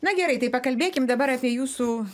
na gerai tai pakalbėkim dabar apie jūsų